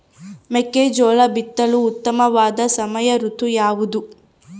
ಮೆಕ್ಕೆಜೋಳ ಬಿತ್ತಲು ಉತ್ತಮವಾದ ಸಮಯ ಋತು ಯಾವುದು?